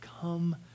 come